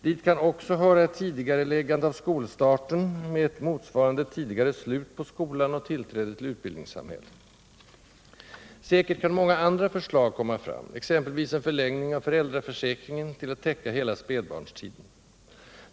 Dit kan också höra ett tidigareläggande av skolstarten med ett motsvarande tidigare slut på skolan och tillträde till utbildningssamhället. Säkert kan många andra förslag komma fram, exempelvis en förlängning av föräldraförsäkringen till att täcka hela spädbarnstiden.